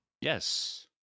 Yes